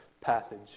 passage